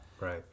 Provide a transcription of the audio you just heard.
right